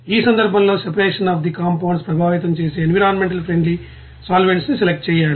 ఈ సందర్భంలో separation of the compounds ను ప్రభావితం చేసే ఎన్విరాన్మెంటల్య్ ఫ్రెండ్లీ సోలవెంట్స్ సెలెక్ట్ చెయ్యాలి